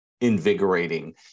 invigorating